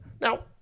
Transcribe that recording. Now